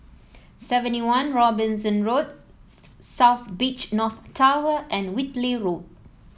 Seventy One Robinson Road South Beach North Tower and Whitley Road